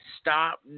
stop